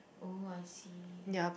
oh I see